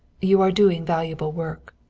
you are doing valuable work.